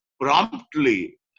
promptly